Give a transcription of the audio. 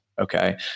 Okay